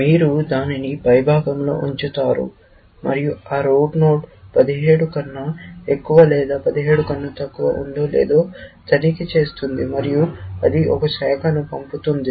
మీరు దానిని పైభాగంలో ఉంచుతారు మరియు ఆ రూట్ నోడ్ 17 కన్నా ఎక్కువ లేదా 17 కన్నా తక్కువ ఉందో లేదో తనిఖీ చేస్తుంది మరియు అది ఒక శాఖను పంపుతుంది